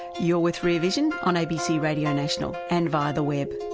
you're with rear vision on abc radio national, and via the web.